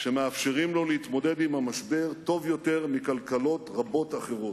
שמאפשרים לו להתמודד עם המשבר טוב יותר מכלכלות רבות אחרות.